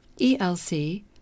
ELC